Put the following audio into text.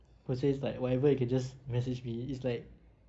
who says like whatever you can just message me it's like